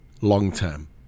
long-term